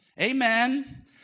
Amen